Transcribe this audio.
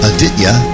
Aditya